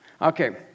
Okay